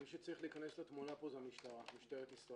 מי שצריך להיכנס לתמונה פה, הוא משטרת ישראל.